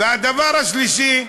והדבר השלישי,